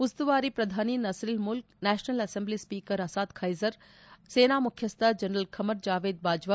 ಉಸ್ತುವಾರಿ ಪ್ರಧಾನಿ Nasirul Mulk national assembly speaker Asad Qaiser ಸೇನಾಮುಖ್ಲಸ್ವ ಜನರಲ್ ಖಮರ್ ಜಾವೆದ್ ಬಾಜ್ವಾ